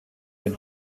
den